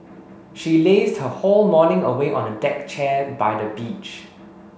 she lazed her whole morning away on a deck chair by the beach